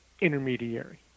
intermediary